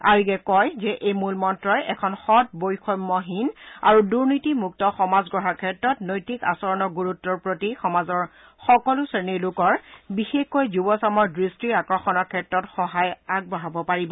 আয়োগে কয় যে এই মূল মন্নই এখন সৎ বৈষম্যহীন আৰু দুনীতিমুক্ত সমাজ গঢ়াৰ ক্ষেত্ৰত নৈতিক আচৰণৰ গুৰুত্বৰ প্ৰতি সমাজৰ সকলো শ্ৰেণীৰ লোকৰ বিশেষকৈ যুৱচামৰ দৃষ্টি আকৰ্ষণৰ ক্ষেত্ৰত সহায় আগবঢ়াব পাৰিব